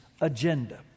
agenda